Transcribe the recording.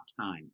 time